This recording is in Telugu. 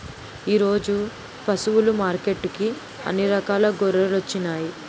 ఈరోజు పశువులు మార్కెట్టుకి అన్ని రకాల గొర్రెలొచ్చినాయ్